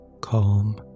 Calm